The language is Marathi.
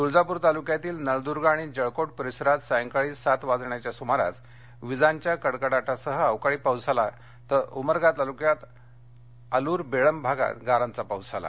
तुळजापूर तालुक्यातील नळद्ग आणि जळकोट परिसरात सायंकाळी सात वाजण्याच्या सुमारास विजांच्या कडकडाटासह अवकाळी पाऊस झाला तर उमरगा तालुक्यात अलुर बेळंब भागात गारांचा पाऊस झाला